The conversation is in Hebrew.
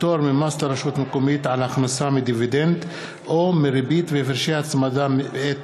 (פטור ממס לרשות מקומית על הכנסה מדיבידנד או מריבית והפרשי הצמדה מאת